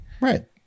right